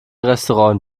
restaurant